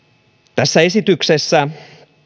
tässä esityksessä